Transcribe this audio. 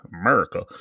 America